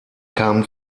kamen